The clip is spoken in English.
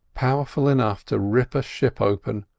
powerful enough to rip a ship open,